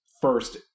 first